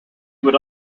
would